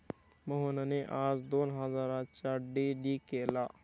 मोहनने आज दोन हजारांचा डी.डी केला